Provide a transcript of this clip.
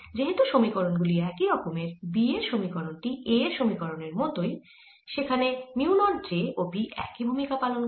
যেহেতু সমীকরণ গুলি একই রকমের B এর সমীকরণ টি A এর সমীকরণের মতই যেখানে মিউ নট j ও B একই ভূমিকা পালন করে